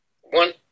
one